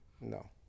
No